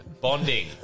Bonding